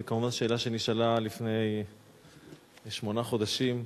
זו כמובן שאלה שנשאלה לפני שמונה חודשים,